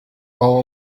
all